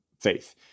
faith